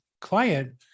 client